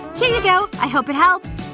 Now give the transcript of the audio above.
here you go. i hope it helps